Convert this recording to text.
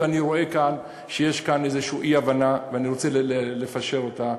היות שאני רואה כאן שיש כאן איזושהי אי-הבנה ואני רוצה לפשר אותה,